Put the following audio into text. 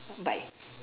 bye